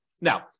Now